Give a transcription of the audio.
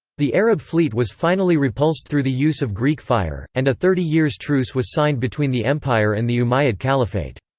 the arab fleet was finally repulsed through the use of greek fire, and a thirty-years' truce was signed between the empire and the umayyad caliphate.